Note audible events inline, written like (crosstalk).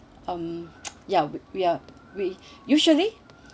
um (noise) ya we are we usually